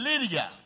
Lydia